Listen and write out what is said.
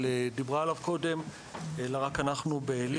דיברה עליו קודם אלא רק אנחנו באל"י.